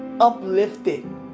uplifted